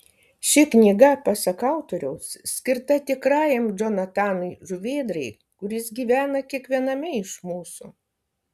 ši knyga pasak autoriaus skirta tikrajam džonatanui žuvėdrai kuris gyvena kiekviename iš mūsų